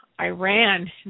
Iran